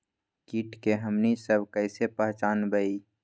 किट के हमनी सब कईसे पहचान बई?